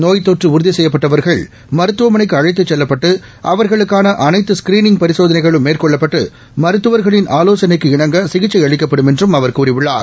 நோய் தொற்றுஉறுதிசெய்யப்பட்டவர்கள் மருத்துவமனைக்குஅழைத்துசெல்லப்பட்டு அவர்களுக்கானஅனைத்து ஸ்கீரீனிங் பரிசோதனைகளும் மேற்கொள்ளப்பட்டு மருத்துவர்களின் ஆலோகனைக்கு இணங்கசிகிச்சைஅளிக்கப்படும் என்றும் அவர் கூறியுள்ளார்